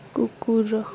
କୁକୁର